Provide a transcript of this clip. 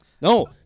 No